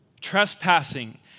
Trespassing